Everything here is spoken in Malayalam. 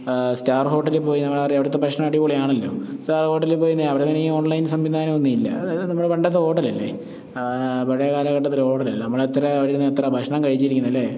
സ്റ്റാർ ഹോട്ടലിൽ പോയി ഞങ്ങൾ അവിടുത്തെ ഭക്ഷണം അടിപൊളി ആണല്ലോ സ്റ്റാർ ഹോട്ടലിൽ പോയി അവിടെ ഇങ്ങനെ ഓൺലൈൻ സംവിധാനമൊന്നുമില്ല അതായത് നമ്മുടെ പണ്ടത്തെ ഹോട്ടൽ അല്ലേ പഴയ കാലഘട്ടത്തിലെ ഹോട്ടലല്ലേ നമ്മൾ എത്ര അവിടെ ഇരുന്ന് എത്ര ഭക്ഷണം കഴിച്ചിരിക്കുന്നു അല്ലേ